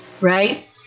right